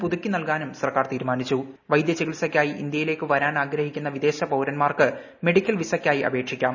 പുതുക്കിനൽകാനും സർക്കാർ വൈദ്യചികിത്സയ്ക്കായി ഇന്ത്യയിലേക്ക് വരാൻ ആഗ്രഹിക്കുന്ന വിദേശ പൌരന്മാർക്ക് മെഡിക്കൽ വിസയ്ക്കായി അപേക്ഷിക്കാം